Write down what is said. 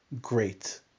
great